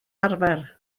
arfer